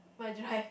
my drive